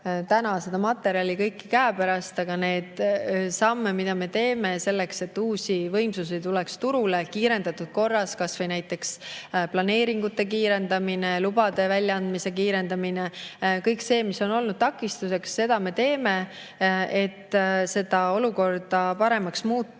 kogu seda materjali käepärast. Aga neid samme, mida me teeme selleks, et uusi võimsusi tuleks turule, me teeme kiirendatud korras, kas või näiteks planeeringute kiirendamine ja lubade väljaandmise kiirendamine – kõik see, mis on olnud takistuseks. Seda kõike me teeme, et muuta olukorda paremaks